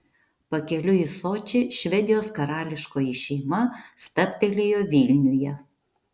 pakeliui į sočį švedijos karališkoji šeima stabtelėjo vilniuje